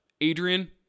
Adrian